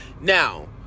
now